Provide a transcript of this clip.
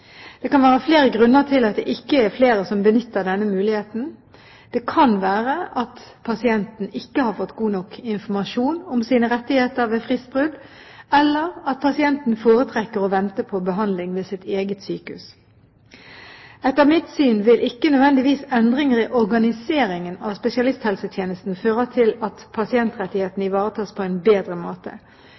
Det kan være flere grunner til at det ikke er flere som benytter denne muligheten: Det kan være at pasienten ikke har fått god nok informasjon om sine rettigheter ved fristbrudd, eller at pasienten foretrekker å vente på behandling ved sitt eget sykehus. Etter mitt syn vil ikke nødvendigvis endringer i organiseringen av spesialisthelsetjenesten føre til at pasientrettighetene ivaretas på en bedre måte.